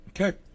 Okay